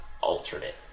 alternate